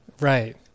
Right